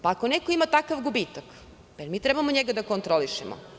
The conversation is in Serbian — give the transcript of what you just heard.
Pa, ako neko ima takav gubitak, da li mi njega treba da kontrolišemo?